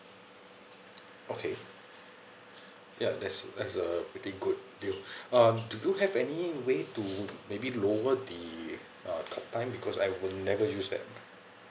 okay ya that's that's a pretty good deal um do you have any way to maybe lower the uh talk time because I will never use that